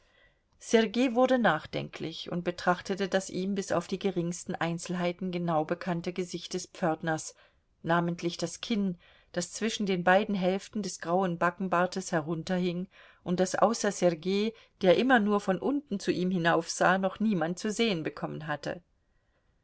sergei wurde nachdenklich und betrachtete das ihm bis auf die geringsten einzelheiten genau bekannte gesicht des pförtners namentlich das kinn das zwischen den beiden hälften des grauen backenbartes herunterhing und das außer sergei der immer nur von unten zu ihm hinaufsah noch niemand zu sehen bekommen hatte